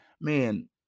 man